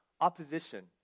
opposition